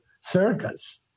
circus